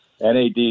NAD